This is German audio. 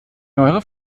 neuere